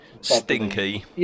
stinky